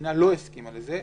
והמדינה לא הסכימה לזה,